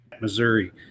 Missouri